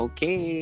Okay